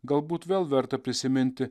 galbūt vėl verta prisiminti